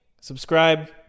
subscribe